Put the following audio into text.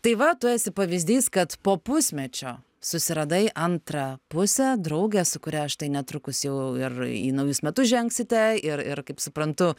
tai va tu esi pavyzdys kad po pusmečio susiradai antrą pusę draugę su kuria štai netrukus jau ir į naujus metus žengsite ir ir kaip suprantu